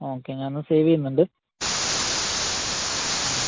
okay ഞാനത് save ചെയ്യുന്നുണ്ട് ആ